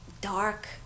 dark